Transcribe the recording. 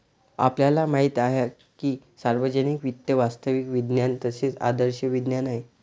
आपल्याला माहित आहे की सार्वजनिक वित्त वास्तविक विज्ञान तसेच आदर्श विज्ञान आहे